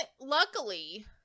luckily